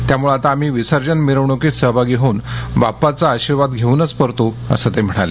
त्यामुळे आता आम्ही विसर्जन मिरवणुकीत सहभागी होऊन बाप्पाचा आशीर्वाद घेऊनच परतू असं ते म्हणाले